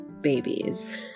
babies